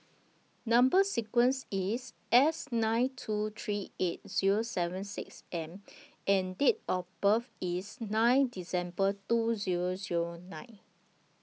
Number sequence IS S nine two three eight Zero seven six M and Date of birth IS nine December two Zero Zero nine